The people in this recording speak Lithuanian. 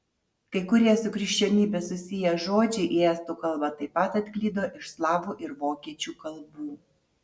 kai kurie su krikščionybe susiję žodžiai į estų kalbą taip pat atklydo iš slavų ir vokiečių kalbų